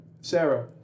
Sarah